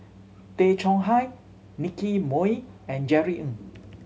Tay Chong Hai Nicky Moey and Jerry Ng